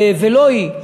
ולא היא.